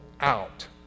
out